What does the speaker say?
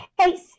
case